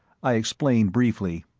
i explained briefly.